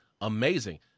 amazing